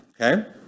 Okay